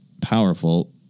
powerful